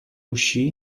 uscì